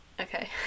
okay